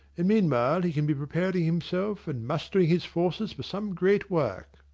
and meanwhile he can be preparing himself and mustering his forces for some great work.